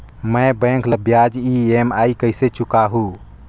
मैं बैंक ला ब्याज ई.एम.आई कइसे चुकाहू?